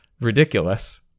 ridiculous